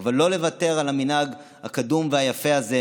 אבל לא לוותר על המנהג הקדום והיפה הזה,